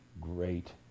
great